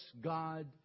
God